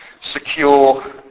secure